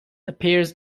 appears